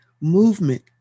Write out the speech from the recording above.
movement